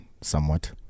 somewhat